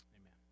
Amen